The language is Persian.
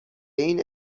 این